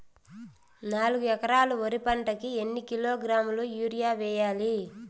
నాలుగు ఎకరాలు వరి పంటకి ఎన్ని కిలోగ్రాముల యూరియ వేయాలి?